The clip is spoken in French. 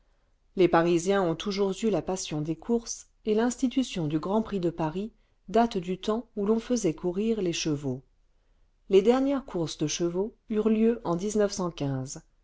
les parisiens ont toujours eu la passion des courses et l'institution du grand prix de paris date du temps où l'on faisait courir les chevaux les dernières courses de vingtième siècle chevaux eurent heu en